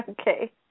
Okay